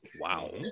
Wow